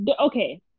okay